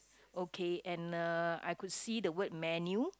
okay and I could see the word menu